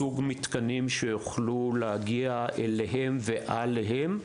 סוג המתקנים שיוכלו להגיע אליהם ועליהם.